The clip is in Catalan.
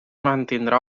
mantindrà